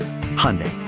Hyundai